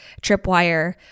tripwire